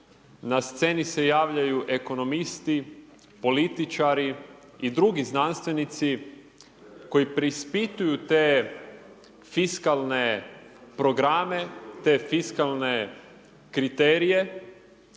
na sceni se javljaju ekonomisti, političari i drugi znanstvenici koji preispituju te fiskalne programe, te fiskalne kriterije